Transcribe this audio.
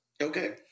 Okay